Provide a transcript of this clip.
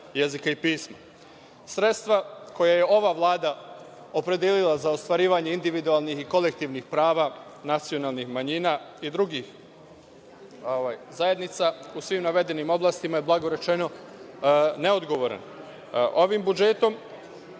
jezika i pisma. Sredstva koja je ova Vlada opredelila za ostvarivanje individualnih i kolektivnih prava nacionalnih manjina i drugih zajednica u svim navedenim oblastima je, blago rečeno, neodgovoran. Ovim budžetom